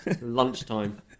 Lunchtime